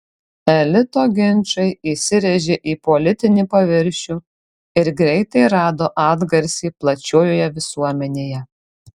elito ginčai įsirėžė į politinį paviršių ir greitai rado atgarsį plačiojoje visuomenėje